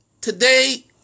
today